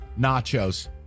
nachos